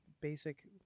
basic